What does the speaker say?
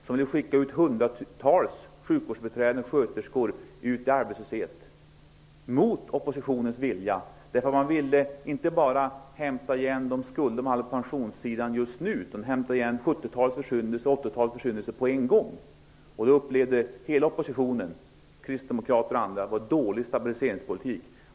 De ville skicka ut hundratals sjukvårdsbiträden och sköterskor i arbetslöshet mot oppositionens vilja. De ville inte bara ta igen de skulder som fanns på pensionssidan just då, utan de ville hämta igen 70 talets och 80-talets försyndelser på en gång. Hela oppositionen, kristdemokrater och andra, upplevde att detta var en dålig stabiliseringspolitik.